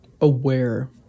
aware